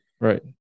Right